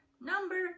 Number